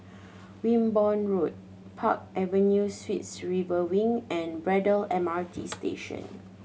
Wimborne Road Park Avenue Suites River Wing and Braddell M R T Station